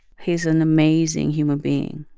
he's an amazing human being,